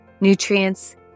nutrients